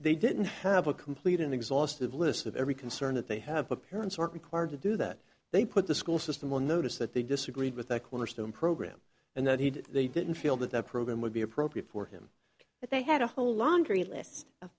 they didn't have a complete and exhaustive list of every concern that they have the parents aren't required to do that they put the school system on notice that they disagreed with that cornerstone program and that he did they didn't feel that that program would be appropriate for him if they had a whole laundry list